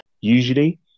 Usually